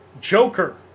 Joker